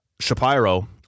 Shapiro